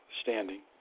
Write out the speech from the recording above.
standing